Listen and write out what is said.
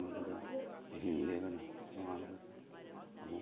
ꯃꯗꯨꯗ ꯑꯍꯤꯡ ꯂꯦꯛꯂꯒ ꯅꯣꯡꯉꯥꯟꯕꯒ ꯑꯃꯨꯛ